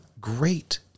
great